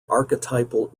archetypal